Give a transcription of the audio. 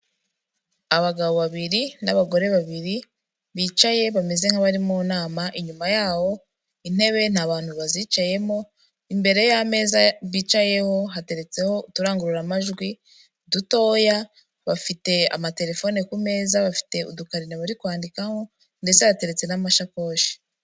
Abagabo babiri n'abagore babiri bicaye bameze nk'abari mu nama inyuma yaho intebe nta abantu bazicayemo imbere y'ameza bicayeho hateretseho uturangururamajwi dutoya bafite amatelefone ku meza bafite udukari bari kwandikaho ndetse hateretse n'amashakoshi.